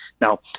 Now